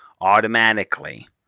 automatically